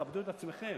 כבדו את עצמכם,